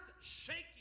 shaking